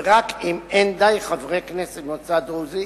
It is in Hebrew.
ורק אם אין די חברי כנסת ממוצא דרוזי